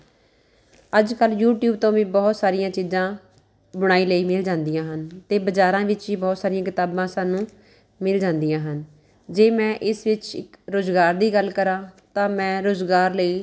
ਅੱਜ ਕੱਲ੍ਹ ਯੂਟਿਊਬ ਤੋਂ ਵੀ ਬਹੁਤ ਸਾਰੀਆਂ ਚੀਜ਼ਾਂ ਬੁਣਾਈ ਲਈ ਮਿਲ ਜਾਂਦੀਆਂ ਹਨ ਅਤੇ ਬਜ਼ਾਰਾਂ ਵਿੱਚ ਵੀ ਬਹੁਤ ਸਾਰੀਆਂ ਕਿਤਾਬਾਂ ਸਾਨੂੰ ਮਿਲ ਜਾਂਦੀਆ ਹਨ ਜੇ ਮੈਂ ਇਸ ਵਿੱਚ ਇੱਕ ਰੁਜ਼ਗਾਰ ਦੀ ਗੱਲ ਕਰਾਂ ਤਾਂ ਮੈ ਰੁਜ਼ਗਾਰ ਲਈ